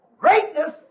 Greatness